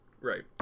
Right